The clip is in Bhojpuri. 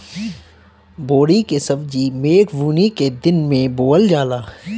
बोड़ी के सब्जी मेघ बूनी के दिन में बोअल जाला